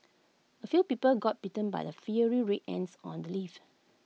A few people got bitten by the fiery red ants on the leaves